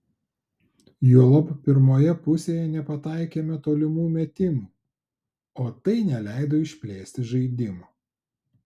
juolab pirmoje pusėje nepataikėme tolimų metimų o tai neleido išplėsti žaidimo